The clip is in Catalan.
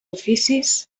oficis